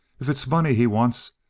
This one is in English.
if it's money he wants,